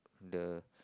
the